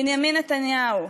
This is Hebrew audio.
בנימין נתניהו.